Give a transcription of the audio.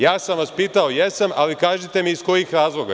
Ja sam vas pitao, jesam, ali kažite mi iz kojih razloga.